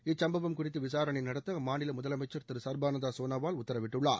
இச்சம்பவம் குறித்து விசாரணை நடத்த அம்மாநில முதலமைச்சர் திரு சர்பானந்தா சோனாவால் உத்தரவிட்டுள்ளார்